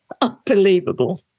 unbelievable